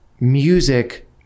music